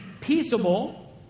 peaceable